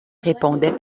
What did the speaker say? répondait